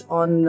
on